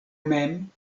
mem